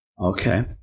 Okay